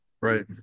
right